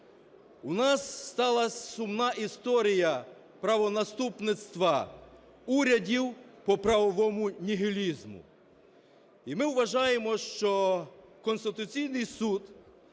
У нас сталась сумна історія правонаступництва урядів по правовому нігілізму. І ми вважаємо, що Конституційний Суд,